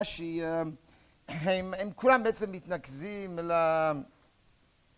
שהם כולם בעצם מתנקזים ל...